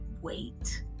wait